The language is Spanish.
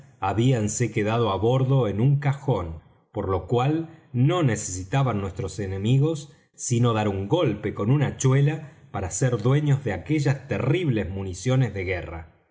pieza habíanse quedado á bordo en un cajón por lo cual no necesitaban nuestros enemigos sino dar un golpe con una hachuela para ser dueños de aquellas terribles municiones de guerra